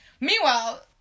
Meanwhile